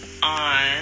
on